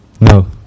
No